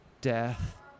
death